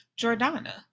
Jordana